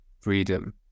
freedom